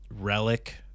relic